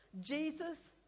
Jesus